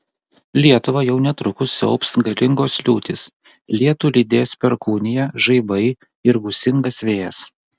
lietuvą jau netrukus siaubs galingos liūtys lietų lydės perkūnija žaibai ir gūsingas vėjas